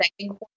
second